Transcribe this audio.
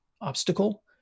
obstacle